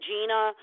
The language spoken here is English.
Gina